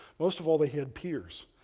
most of all, they had peers,